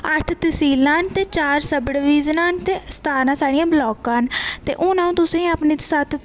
अट्ठ तसीलां न ते चार सब डिविजिनां न ते सतारां सढ़ियां ब्लाकां न ते हून आ'ऊं तुसेंगी अपनी सत्त